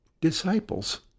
disciples